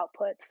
outputs